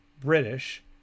British